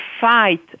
fight